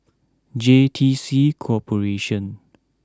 J T C Corporation